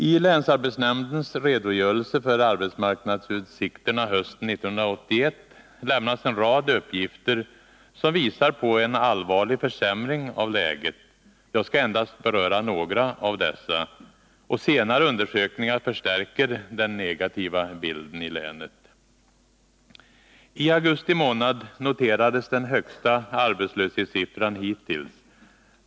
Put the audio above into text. I länsarbetsnämndens redogörelse för arbetsmarknadsutsikterna hösten 1981 lämnas en rad uppgifter som visar på en allvarlig försämring av läget. Jag skall endast beröra några av dessa. Senare undersökningar förstärker den negativa bilden i länet. I augusti månad noterades den högsta arbetslöshetssiffran hittills.